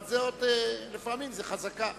אבל לפעמים זו חזקה.